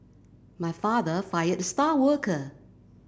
my father fired the star worker